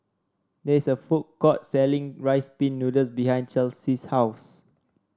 there is a food court selling Rice Pin Noodles behind Chelsi's house